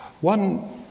One